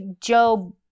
Job